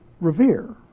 revere